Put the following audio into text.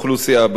בהשכלה,